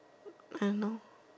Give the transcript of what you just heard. oh no